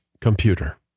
computer